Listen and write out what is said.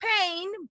pain